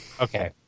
Okay